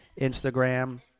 Instagram